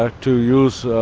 ah to use ah